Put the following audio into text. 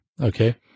okay